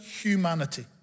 humanity